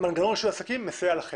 מנגנון של עסקים מסייע לכם.